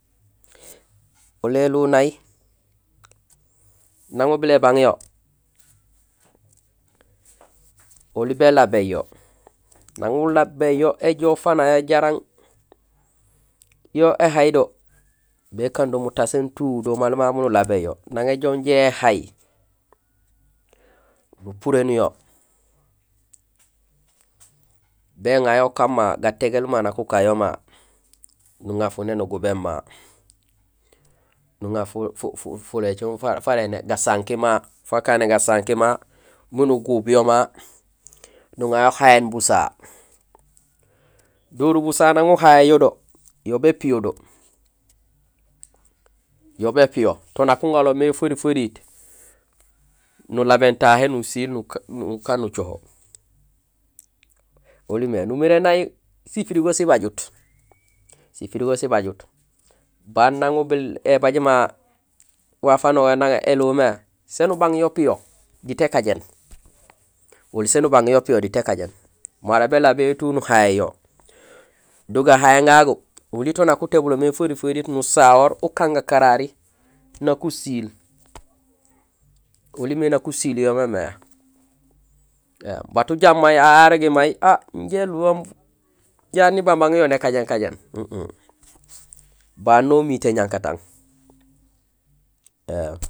Oli éluw nay nang ubil ébang yo, oli bélabéén yo, nang ulabéén yo éjoow fanayo jaraam yo éhay do, bekaan do mutaséén tout do maal mau nulabéén yo, nang éjoow injé éhay, nupurénul yo béŋayo ukan ma gatégéél ma nak ukan yo ma nuŋa funé nugubén ma. Nuŋa fulécum fara gasanki ma, fa kané gasanki ma miin ugub yo ma, nuŋa yo uhayéén busaha. Doru busaha nang uhayéén do, yo bépiyo do. Yo bépiyo to nang uŋanlomé feriit feriit nulabéén tahé nusiil nukaan nucoho. Oli mé, numiré nay si frigo sibajut, si frigo sibajut, baan nang ubiil ébaaj ma waaf wanogoré nang éluw bo mé, sén ubang yo piyo diit ékajéén. oli sén ubang yo piyo déét ékajéén mara bélabéén yo tout nuhayéén yo do gahayéén gagu, oli to nak utébulo mé feri feriit nusahoor ukan gakarari nak usiil. Oli mé nak usiil yo mémé. Ēém bat ujaam hahé arégi may ha injé éluwoom jaat nibanbang yo nékajéén kajéén. Baan no umiit éñankatang.